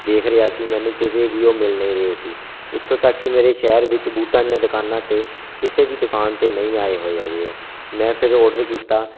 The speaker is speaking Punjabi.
ਦੇਖ ਰਿਹਾ ਸੀ ਮੈਨੂੰ ਕਿਤੇ ਵੀ ਉਹ ਮਿਲ ਨਹੀਂ ਰਹੇ ਸੀ ਇਥੋਂ ਤੱਕ ਕਿ ਮੇਰੇ ਸ਼ਹਿਰ ਵਿੱਚ ਬੂਟਾਂ ਦੀਆਂ ਦੁਕਾਨਾਂ 'ਤੇ ਕਿਸੇ ਵੀ ਦੁਕਾਨ 'ਤੇ ਨਹੀਂ ਆਏ ਹੋਏ ਅਜੇ ਉਹ ਮੈਂ ਫਿਰ ਔਡਰ ਕੀਤਾ